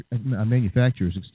manufacturers